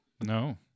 No